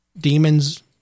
Demons